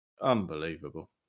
Unbelievable